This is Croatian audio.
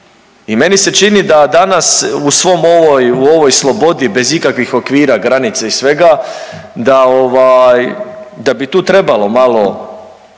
I meni se čini da danas u svom ovoj u ovoj slobodi bez ikakvih okvira, granica i svega da bi tu trebalo malo